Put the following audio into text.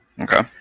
Okay